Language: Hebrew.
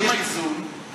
הם האיזון, הם האיזון.